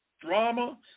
drama